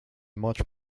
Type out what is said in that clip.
much